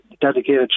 dedicated